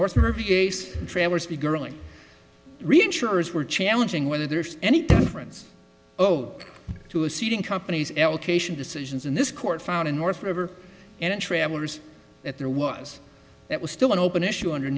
growing reinsurers we're challenging whether there's any difference oh to a seating company's allocation decisions in this court found in north river and in trailers that there was that was still an open issue under